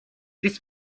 this